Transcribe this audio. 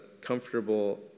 comfortable